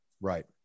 Right